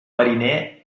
mariner